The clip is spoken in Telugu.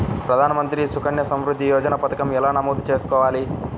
ప్రధాన మంత్రి సుకన్య సంవృద్ధి యోజన పథకం ఎలా నమోదు చేసుకోవాలీ?